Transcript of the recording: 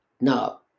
Now